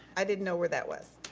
i didn't know where that was.